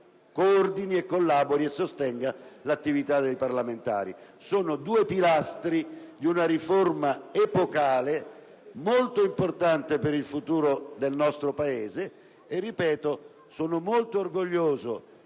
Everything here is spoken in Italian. coordini, collabori e sostenga l'attività dei parlamentari. Sono due pilastri di una riforma epocale molto importante per il futuro del nostro Paese e, ripeto, sono molto orgoglioso